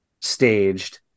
staged